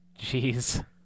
Jeez